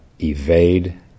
evade